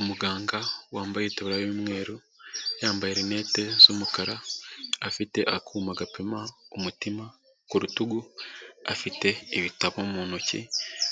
Umuganga wambaye itaburiya y'umweru, yambaye rinete z'umukara, afite akuma gapima umutima ku rutugu, afite ibitabo mu ntoki,